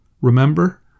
Remember